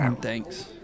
Thanks